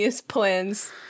plans